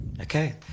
Okay